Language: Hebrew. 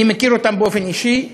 אני מכיר אותם באופן אישי,